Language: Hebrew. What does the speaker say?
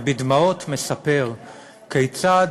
ובדמעות מספר כיצד